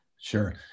Sure